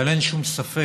אבל אין שום ספק,